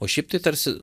o šiaip tai tarsi